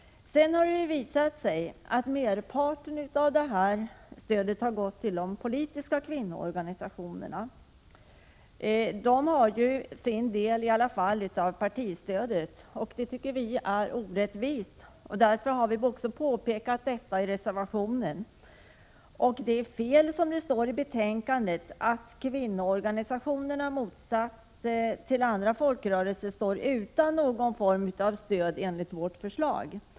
Sedan har det visat sig att merparten av stödet har gått till de politiska kvinnoorganisationerna. Det är orättvist, därför att de ju får sin del av partistödet. Vi moderater har påpekat detta i en reservation. Det är fel, som det står i betänkandet, att kvinnoorganisationerna i motsats till andra folkrörelser står utan någon form av stöd enligt vårt förslag.